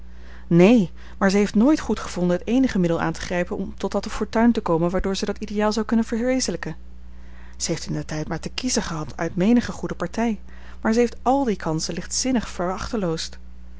neen maar zij heeft nooit goed gevonden het eenige middel aan te grijpen om tot de fortuin te komen waardoor zij dat ideaal zou kunnen verwezenlijken zij heeft indertijd maar te kiezen gehad uit menige goede partij maar zij heeft al die kansen lichtzinnig